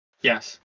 Yes